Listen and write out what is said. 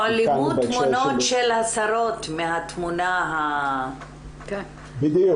העלמת תמונות של שרות מהתמונה ה- -- וגם,